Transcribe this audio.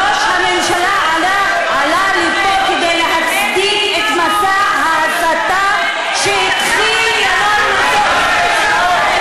ראש הממשלה עלה לפה כדי להצדיק את מסע ההסתה שהתחיל ירון מזוז.